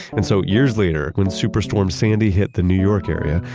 and so years later, when superstorm sandy hit the new york area,